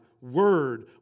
Word